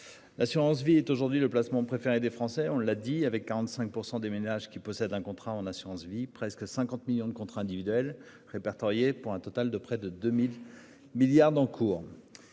L'assurance vie est aujourd'hui le placement préféré des Français, on l'a dit avec 45% des ménages qui possède un contrat en assurance-vie presque 50 millions de contrats individuels répertoriés pour un total de près de 2000 milliards d'encours.